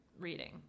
reading